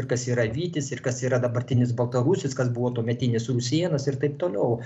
kas yra vytis ir kas yra dabartinis baltarusis kas buvo tuometinis rusėnas ir taip toliau